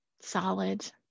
solid